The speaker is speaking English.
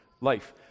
life